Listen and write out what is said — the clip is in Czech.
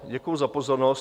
Děkuji za pozornost.